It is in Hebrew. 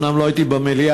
אומנם לא הייתי במליאה,